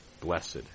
Blessed